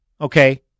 okay